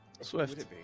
Swift